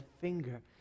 finger